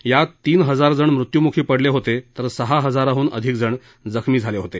यात तीन हजारजण मृत्युमुखी पडले होते तर सहा हजाराहून अधिक जण जखमी झाले होते